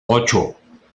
ocho